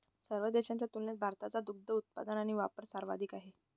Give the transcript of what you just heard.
सर्व देशांच्या तुलनेत भारताचा दुग्ध उत्पादन आणि वापर सर्वाधिक आहे